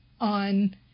on